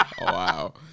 Wow